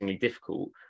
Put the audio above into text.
difficult